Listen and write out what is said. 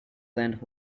land